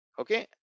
okay